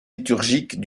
liturgiques